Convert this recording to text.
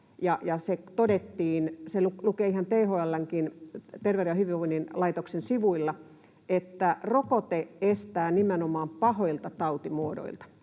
se lukee ihan THL:nkin, Terveyden ja hyvinvoinnin laitoksen sivuilla — että rokote estää nimenomaan pahoilta tautimuodoilta.